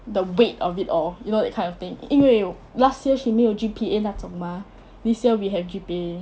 the weight of it all you know that kind of thing 因为 last year she 没有 G_P_A 那种 mah this year we have G_P_A